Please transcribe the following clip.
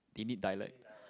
they need dialect